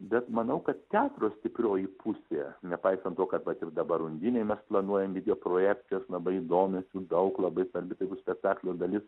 bet manau kad teatro stiprioji pusė nepaisant to kad vat ir dabar undinėj mes planuojam videoprojekcijas labai įdomias jų daug labai svarbi tai bus spektaklio dalis